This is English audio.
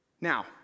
Now